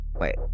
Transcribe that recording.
Wait